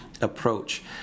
approach